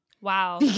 wow